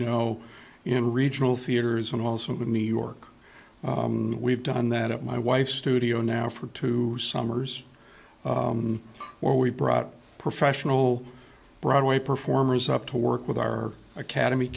know in regional theaters and also in new york we've done that at my wife's studio now for two summers where we brought professional broadway performers up to work with our academy